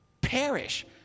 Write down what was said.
perish